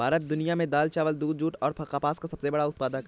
भारत दुनिया में दाल, चावल, दूध, जूट और कपास का सबसे बड़ा उत्पादक है